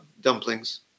dumplings